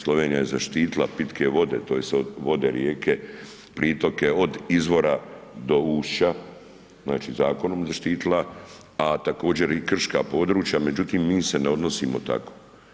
Slovenija je zaštitila pitke vode, tj. vode, rijeke, pritoke od izvora do ušća, znači zakonom zaštitila a također i krška područja međutim, mi se ne odnosimo tako.